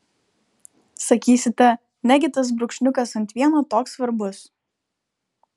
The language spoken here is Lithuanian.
sakysite negi tas brūkšniukas ant l toks svarbus